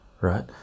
right